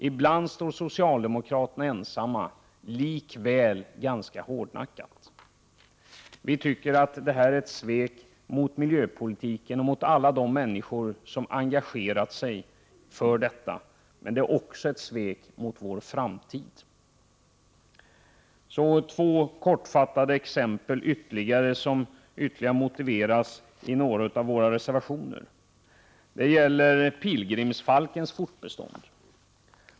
Ibland står socialdemokraterna, likväl ganska hårdnackat, ensamma. Vi anser att detta är ett svek mot miljöpoliti ken och alla de människor som är engagerade för den, men det är också ett svek gentemot vår framtid. Jag skall nämna ytterligare exempel som motiveras i några av våra reservationer. Ett exempel gäller pilgrimsfalkens fortbestånd.